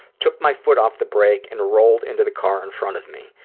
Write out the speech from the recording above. took my foot off the brake and rolled into the car in front of me.